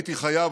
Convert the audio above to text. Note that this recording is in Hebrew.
הייתי חייב,